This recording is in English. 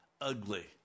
Ugly